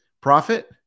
profit